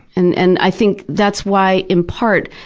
and and i think that's why, in part,